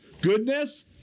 goodness